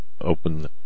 open